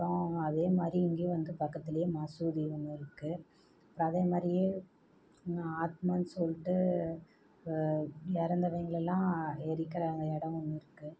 அப்புறம் அதே மாதிரி இங்கேயும் வந்து பக்கத்திலையே மசூதி ஒன்று இருக்குது அதே மாதிரியே நான் ஆத்மான்னு சொல்லிட்டு இறந்தவைங்களெல்லாம் எரிக்கிற அங்கே இடம் ஒன்று இருக்குது